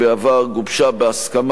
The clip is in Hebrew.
גובשה בהסכמה רחבה.